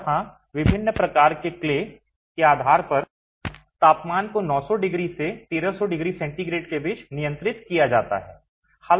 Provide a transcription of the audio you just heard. और हां विभिन्न प्रकार के क्ले के आधार पर तापमान को 900 डिग्री से 1300 डिग्री सेंटीग्रेड के बीच नियंत्रित किया जाता है